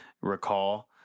recall